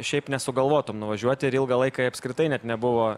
šiaip nesugalvotum nuvažiuoti ir ilgą laiką jie apskritai net nebuvo